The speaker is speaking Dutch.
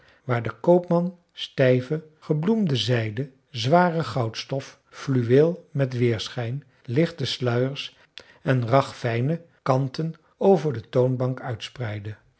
waar de koopman stijve gebloemde zijde zware goudstof fluweel met weerschijn lichte sluiers en ragfijne kanten over de toonbank uitspreidde